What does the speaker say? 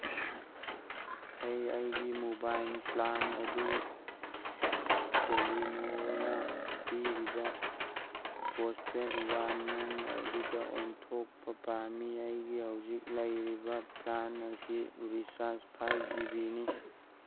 ꯑꯩ ꯑꯩꯒꯤ mobile plan ꯑꯗꯨ ꯇꯦꯂꯤꯅꯣꯔꯅ ꯄꯤꯔꯤꯕ ꯄꯣꯁꯄꯦꯗ ꯋꯥꯟ ꯃꯟ ꯑꯗꯨꯗ ꯑꯣꯟꯊꯣꯛꯄ ꯄꯥꯝꯃꯤ ꯑꯩꯒꯤ ꯍꯧꯖꯤꯛ ꯂꯩꯔꯤꯕ ꯄ꯭ꯂꯥꯟ ꯑꯁꯤ ꯔꯤꯆꯥꯔꯖ ꯐꯥꯏꯕ ꯖꯤ ꯕꯤꯅꯤ